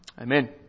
Amen